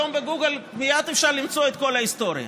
היום בגוגל מייד אפשר למצוא את כל ההיסטוריה.